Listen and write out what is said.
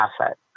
asset